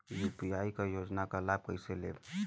UP क योजना क लाभ कइसे लेब?